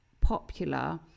popular